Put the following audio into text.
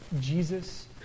Jesus